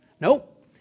Nope